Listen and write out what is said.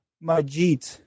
majid